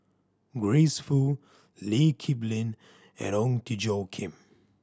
Grace Fu Lee Kip Lin and Ong Tjoe Kim